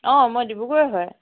অঁ মই ডিব্ৰুগড়ৰে হয়